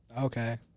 Okay